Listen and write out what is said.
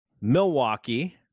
Milwaukee